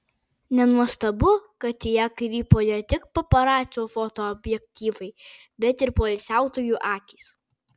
nenuostabu kad į ją krypo ne tik paparacių fotoobjektyvai bet ir poilsiautojų akys